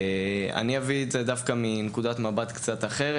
אני אביא את זה דווקא מנקודת מבט קצת אחרת.